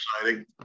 exciting